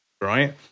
right